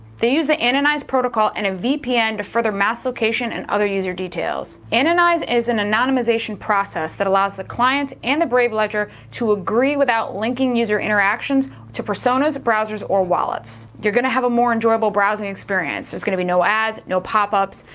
they use the anonize protocol and a vpn to further mask location and other user details. anonize is an anonymization process that allows the client and the brave ledger to agree without linking user interactions to personas, browsers, or wallets. you're going to have a more enjoyable browsing experience there is going be no ads, no pop-ups,